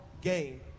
game